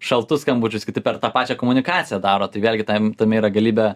šaltus skambučius kiti per tą pačią komunikaciją daro tai vėlgi tam tame yra galybė